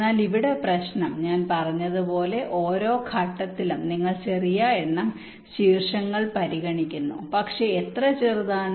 എന്നാൽ ഇവിടെ പ്രശ്നം ഞാൻ പറഞ്ഞതുപോലെ ഓരോ ഘട്ടത്തിലും നിങ്ങൾ ചെറിയ എണ്ണം ശീർഷകങ്ങൾ പരിഗണിക്കുന്നു പക്ഷേ എത്ര ചെറുതാണ്